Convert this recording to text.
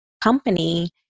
company